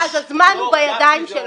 אז הזמן הוא בידיים שלכם.